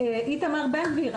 איתמר בן גביר,